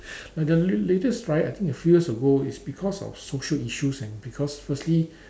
like the la~ latest riot I think a few years ago is because of social issues and because firstly